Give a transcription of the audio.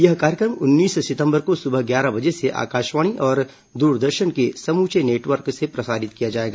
यह कार्यक्रम उन्नीस सितंबर को सुबह ग्यारह बजे से आकाशवाणी और दूरदर्शन के समूचे नेटवर्क से प्रसारित किया जाएगा